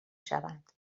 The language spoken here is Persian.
شوند